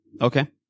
Okay